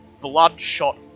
Bloodshot